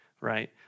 right